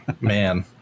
Man